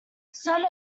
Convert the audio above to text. some